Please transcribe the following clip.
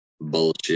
bullshit